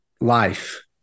life